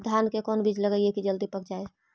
धान के कोन बिज लगईयै कि जल्दी पक जाए?